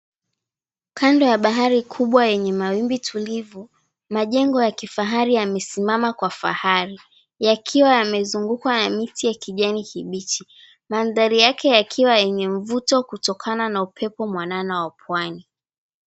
Kando ya bahari kubwa yenye mawimbi tulivu, majengo ya kifahari yamesimama kwa fahari, yakiwa yamezungukwa na miti ya kijani kibichi. Manthari yakiwa yenye mvuto kutokana na upepo mwanana wa pwani.